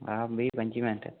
हां बीह् पंजी मैंट्ट